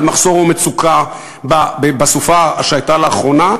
מחסור או מצוקה שחווה בסופה שהייתה לאחרונה,